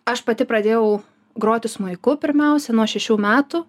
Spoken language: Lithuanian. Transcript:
aš pati pradėjau groti smuiku pirmiausia nuo šešių metų